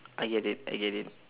I get it I get it